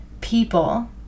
people